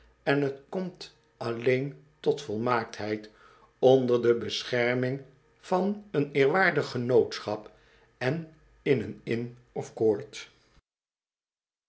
en het komt alleen tot volmaaktheid onder de bescherming van een eerwaardig genootschap en in oen inn of court